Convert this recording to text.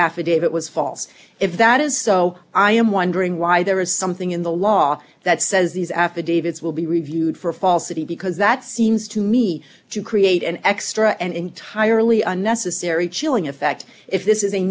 affidavit was false if that is so i am wondering why there is something in the law that says these affidavits will be reviewed for falsity because that seems to me to create an extra an entirely unnecessary chilling effect if this is